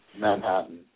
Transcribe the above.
Manhattan